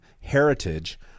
heritage